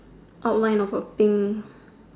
outline of a pink